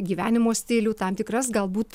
gyvenimo stilių tam tikras galbūt